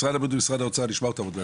משרד הבריאות ומשרד האוצר נשמע אותם עוד מעט.